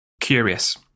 curious